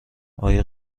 آیا